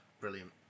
Brilliant